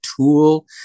tool